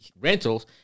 rentals